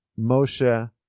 Moshe